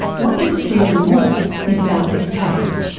what does stephen morse think about this case?